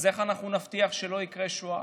אז איך אנחנו נבטיח שלא תקרה שואה,